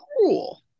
cool